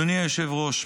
אדוני היושב-ראש,